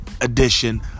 edition